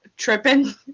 tripping